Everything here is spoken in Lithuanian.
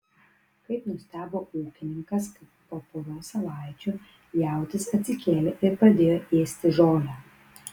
kaip nustebo ūkininkas kai po poros savaičių jautis atsikėlė ir pradėjo ėsti žolę